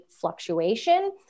fluctuation